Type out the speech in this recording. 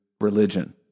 religion